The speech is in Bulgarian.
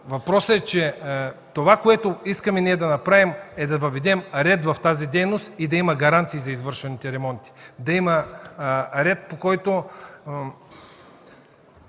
Въпросът е, че това, което искаме да направим, е да въведем ред в тази дейност и да има гаранции за извършените ремонти, да има ред, да